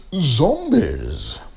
Zombies